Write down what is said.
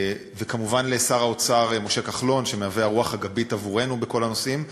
וכמובן לשר האוצר משה כחלון שמהווה רוח גבית עבורנו בכל הנושאים,